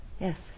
Yes